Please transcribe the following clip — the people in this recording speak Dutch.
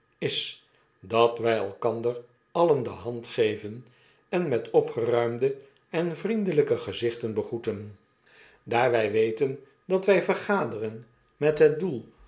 is dat wy elkander alien de hand geven en met opgeruimde en vriendelyke gezichten begroeten daar wy weten dat wij vergaderen met het doel